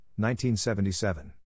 1977